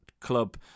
club